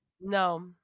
No